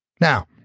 Now